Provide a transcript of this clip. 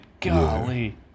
Golly